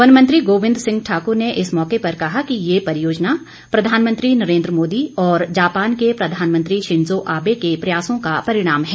one मंत्री गोबिंद सिंह ठाकुर ने इस मौके पर कहा कि ये परियोजना प्रधानमंत्री नरेंद्र मोदी और जापान के प्रधानमंत्री शीन्जो आबे के प्रयासों का परिणाम है